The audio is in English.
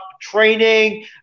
training